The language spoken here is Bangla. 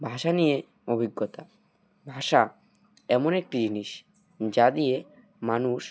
ভাষা নিয়ে অভিজ্ঞতা ভাষা এমন একটি জিনিস যা দিয়ে মানুষ